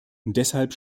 deshalb